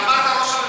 אמרת ראש הממשלה,